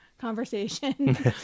conversation